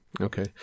Okay